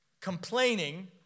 complaining